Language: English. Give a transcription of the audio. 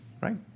right